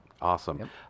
Awesome